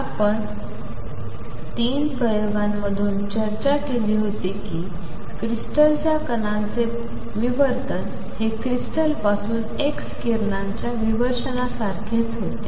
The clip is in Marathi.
आणि आपण ३ प्रयोगांमधून चर्चा केली होती कि क्रिस्टलच्या कणांचे विवर्तन हे क्रिस्टलपासून x किरणांच्या विवर्षणासारखेच होते